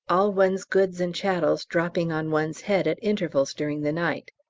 all one's goods and chattels dropping on one's head at intervals during the night.